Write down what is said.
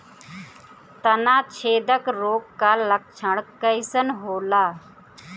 तना छेदक रोग का लक्षण कइसन होला?